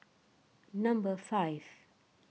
number five